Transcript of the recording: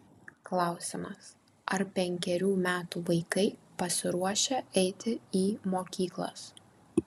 klausimas ar penkerių metų vaikai pasiruošę eiti į mokyklas